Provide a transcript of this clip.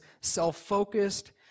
self-focused